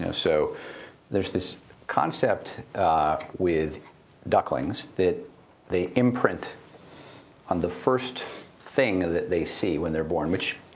and so there's this concept with ducklings that they imprint on the first thing that they see when they're born, which,